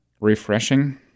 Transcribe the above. refreshing